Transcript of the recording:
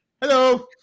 Hello